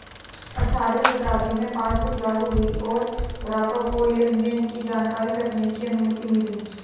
अठारहवीं शताब्दी में पासबुक लागु हुई और ग्राहकों को लेनदेन की जानकारी रखने की अनुमति मिली